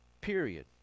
Period